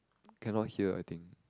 cannot hear I think